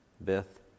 Beth